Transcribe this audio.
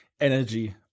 energy